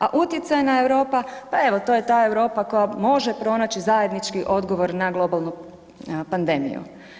A utjecajna Europa, pa evo to je ta Europa koja može pronaći zajednički odgovor na globalnu pandemiju“